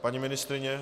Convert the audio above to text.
Paní ministryně?